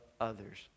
others